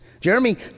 Jeremy